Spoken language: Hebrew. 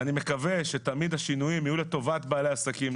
אני מקווה שתמיד השינויים יהיו לטובת בעלי העסקים,